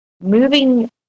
moving